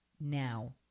now